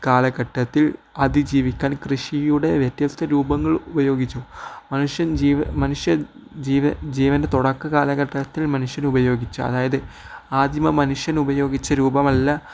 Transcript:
കാലഘട്ടത്തിൽ അതിജീവിക്കാൻ കൃഷിയുടെ വ്യത്യസ്ത രൂപങ്ങൾ ഉപയോഗിച്ചു മനുഷ്യ ജീവന്റെ തുടക്ക കാലഘട്ടത്തിൽ മനുഷ്യൻ ഉപയോഗിച്ച അതായത് ആദിമ മനുഷ്യൻ ഉപയോഗിച്ച രൂപമല്ല